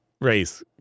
race